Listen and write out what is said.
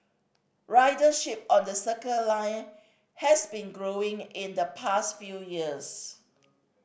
ridership on the Circle Line has been growing in the past few years